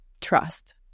trust